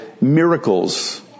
miracles